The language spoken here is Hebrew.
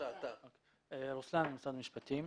ממשרד המשפטים.